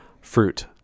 fruit